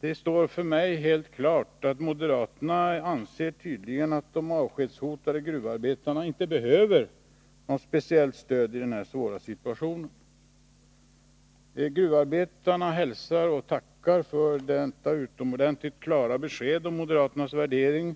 Det står för mig helt klart att moderaterna tydligen anser att de avskedshotade gruvarbetarna inte behöver något speciellt stöd i denna svåra situation. Gruvarbetarna hälsar och tackar för detta utomordentligt klara besked om moderaternas värdering